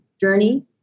journey